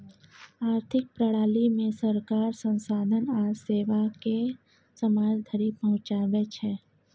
आर्थिक प्रणालीमे सरकार संसाधन आ सेवाकेँ समाज धरि पहुंचाबै छै